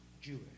Jewish